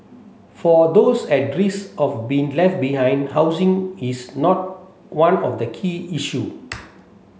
for those at risk of being left behind housing is not one of the key issue